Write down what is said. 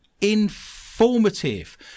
informative